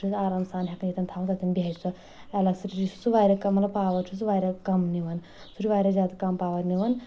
سُہ چھِ أسۍ آرام سان ہیٚکان ییٚتٮ۪ن تھاوہوٚن تَتٮ۪ن بیٚہہ سُہ الیکسٹری چھُ واریاہ کم مطلب پاوَر چھُ سُہ واریاہ کَم نِوان سُہ چھُ واریاہ زیادٕ کَم پاوَر نِوان